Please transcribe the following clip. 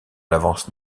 l’avance